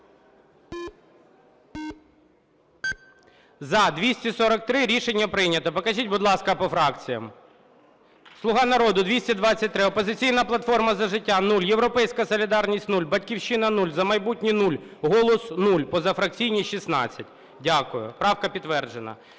За-243 Рішення прийнято. Покажіть, будь ласка, по фракціях: "Слуга народу" – 223, "Опозиційна платформа - За життя" – 0, "Європейська солідарність" – 0, "Батьківщина" – 0, "За майбутнє" – 0, "Голос" – 0, позафракційні – 16. Дякую, правка підтверджена.